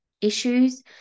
issues